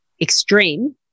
extreme